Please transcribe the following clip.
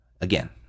again